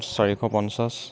চাৰিশ পঞ্চাছ